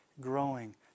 growing